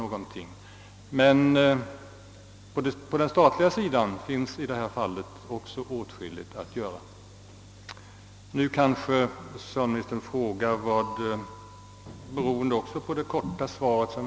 Men också på den statliga sidan finns åtskilligt att göra. Nu kanske socialministern frågar vad jag då önskar att han skall göra.